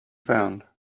found